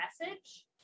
message